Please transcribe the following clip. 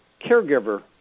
Caregiver